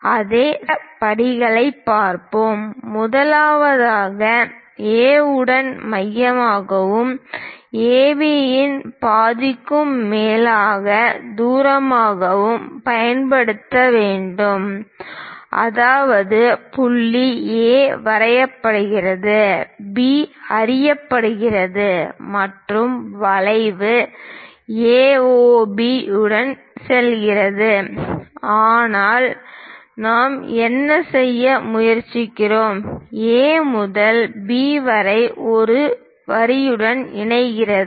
அதில் சம்பந்தப்பட்ட படிகளைப் பார்ப்போம் முதலாவதாக A உடன் மையமாகவும் AB இன் பாதிக்கும் மேலான தூரமாகவும் பயன்படுத்த வேண்டும் அதாவது புள்ளி A அறியப்படுகிறது B அறியப்படுகிறது மற்றும் வளைவு A O B உடன் செல்கிறது ஆனால் நாம் என்ன செய்ய முயற்சிக்கிறோம் A முதல் B வரை ஒரு வரியுடன் இணைந்தது